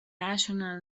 national